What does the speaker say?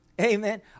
Amen